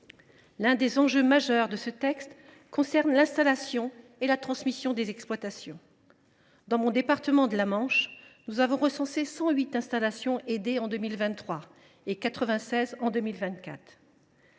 L’un des enjeux majeurs de ce texte concerne l’installation et la transmission des exploitations. Dans le département de la Manche, nous avons recensé 108 installations aidées en 2023 et 96 en 2024.